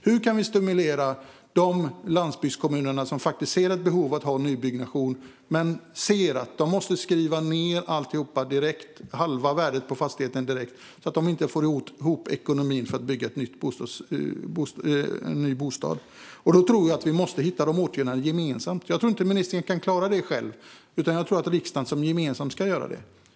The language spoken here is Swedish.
Hur kan vi stimulera de landsbygdskommuner som ser ett behov av nybyggnation men måste skriva ned halva värdet på fastigheterna direkt och inte får ihop ekonomin för att bygga nya bostäder? Jag tror att vi måste hitta åtgärder gemensamt. Jag tror inte att ministern kan klara det själv, utan jag tror att riksdagen gemensamt ska göra det.